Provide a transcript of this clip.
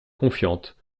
confiante